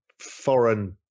Foreign